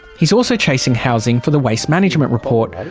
he's also chasing housing for the waste management report,